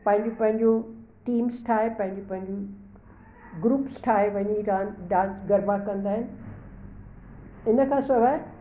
पंहिंजियूं पंहिंजियूं टीम्स ठाहे पंहिंजियूं पंहिंजियूं ग्रुप्स ठाहे वञी रा डांस गरबा कंदा आहिनि इन खां सवाइ